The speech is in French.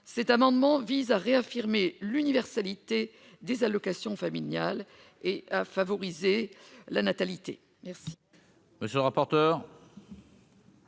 cet amendement vise à réaffirmer l'universalité des allocations familiales et à favoriser la natalité